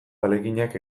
ahaleginak